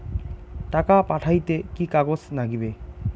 টাকা পাঠাইতে কি কাগজ নাগীবে?